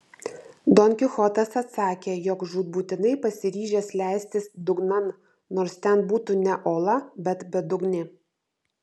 don kichotas atsakė jog žūtbūtinai pasiryžęs leistis dugnan nors ten būtų ne ola bet bedugnė